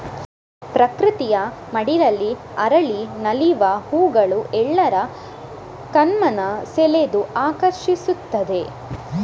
ಪ್ರಕೃತಿಯ ಮಡಿಲಲ್ಲಿ ಅರಳಿ ನಲಿವ ಹೂಗಳು ಎಲ್ಲರ ಕಣ್ಮನ ಸೆಳೆದು ಆಕರ್ಷಿಸ್ತವೆ